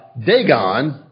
Dagon